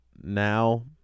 now